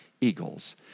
eagles